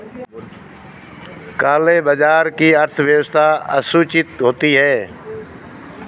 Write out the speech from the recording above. काले बाजार की अर्थव्यवस्था असूचित होती है